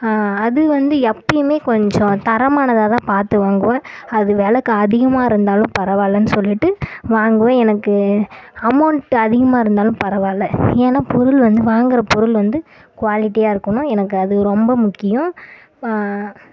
அது வந்து எப்பயுமே கொஞ்சம் தரமானதாக தான் பார்த்து வாங்குவோம் அது வெலைக்கு அதிகமாக இருந்தாலும் பரவாயில்லன்னு சொல்லிவிட்டு வாங்குவோம் எனக்கு அமவுண்ட்டு அதிகமாக இருந்தாலும் பரவாயில்ல ஏன்னா பொருள் வந்து வாங்குற பொருள் வந்து குவாலிட்டியாக இருக்கணும் எனக்கு அது ரொம்ப முக்கியம்